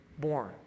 born